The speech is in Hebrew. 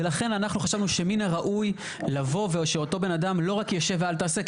ולכן אנחנו חשבנו שמן הראוי לבוא ושאותו בן אדם לא רק יישב ואל תעשה,